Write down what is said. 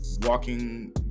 walking